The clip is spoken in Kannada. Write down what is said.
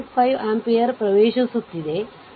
5 ಆಂಪಿಯರ್ ಪ್ರವೇಶಿಸುತ್ತಿದೆ